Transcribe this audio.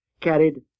carried